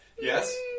Yes